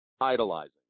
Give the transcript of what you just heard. idolizing